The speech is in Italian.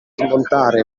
smontare